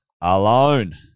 alone